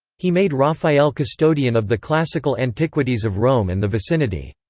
he made raphael custodian of the classical antiquities of rome and the vicinity.